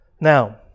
Now